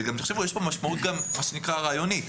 יש משמעות רעיונית,